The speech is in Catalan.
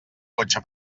cotxe